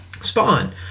Spawn